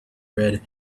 red